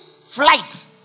flight